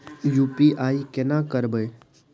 UPI केना करबे?